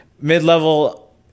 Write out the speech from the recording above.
mid-level